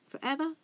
Forever